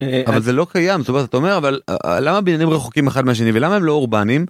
אבל זה לא קיים, זאת אומרת, אתה אומר אבל למה הבניינים רחוקים אחד מהשני? ולמה הם לא אורבניים?